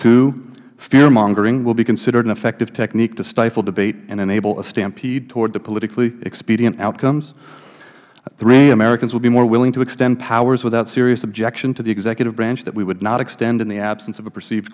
two fearmongering will be considered an effective technique to stifle debate and enable a stampede toward the politically expedient outcomes three americans will be more willing to extend powers without serious objection to the executive branch that we would not extend in the absence of